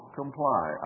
comply